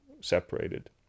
separated